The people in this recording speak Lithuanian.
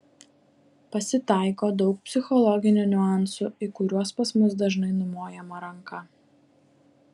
pasitaiko daug psichologinių niuansų į kuriuos pas mus dažnai numojama ranka